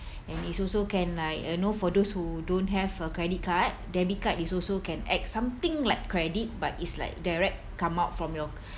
and it's also can like uh you know for those who don't have a credit card debit card is also can act something like credit but it's like direct come out from your